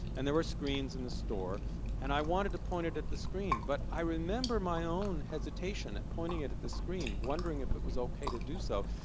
and there were screens in the store and i wanted to point it at the screen, but i remember my own hesitation at pointing it at the screen, wondering if it was ok to do so.